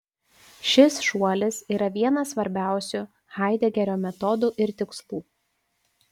šis šuolis yra vienas svarbiausių haidegerio metodų ir tikslų